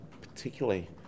particularly